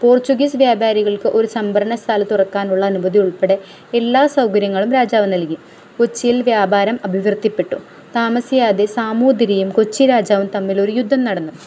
Portuguese വ്യാപാരികൾക്ക് ഒരു സംഭരണശാല തുറക്കാനുള്ള അനുമതി ഉൾപ്പെടെ എല്ലാ സൗകര്യങ്ങളും രാജാവ് നൽകി കൊച്ചിയിൽ വ്യപാരം അഭിവൃദ്ധിപ്പെട്ടു താമസിയാതെ സാമൂതിരിയും കൊച്ചി രാജാവും തമ്മിൽ ഒരു യുദ്ധം നടന്നു